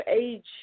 age